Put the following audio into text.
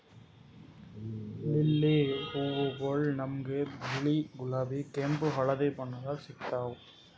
lily ಹೂವಗೊಳ್ ನಮ್ಗ್ ಬಿಳಿ, ಗುಲಾಬಿ, ಕೆಂಪ್, ಹಳದಿ ಬಣ್ಣದಾಗ್ ಸಿಗ್ತಾವ್